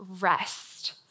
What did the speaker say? rest